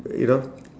you know